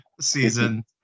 season